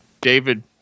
David